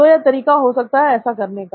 तो यह तरीका हो सकता है ऐसा करने का